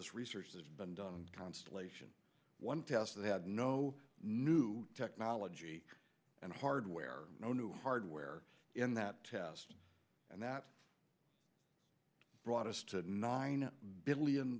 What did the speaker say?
this research has been done constellation one test that had no new technology and hardware no new hardware in that test and that brought us to nine billion